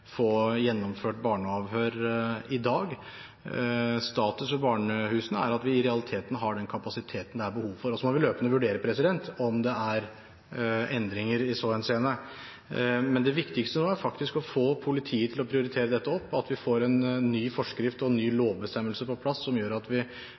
dag. Status for barnehusene er at vi i realiteten har den kapasiteten det er behov for. Så må vi løpende vurdere om det er endringer i så henseende. Det viktigste nå er å få politiet til å prioritere dette, og at vi får en ny forskrift og en ny